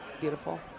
Beautiful